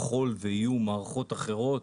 ככל ויהיו מערכות אחרות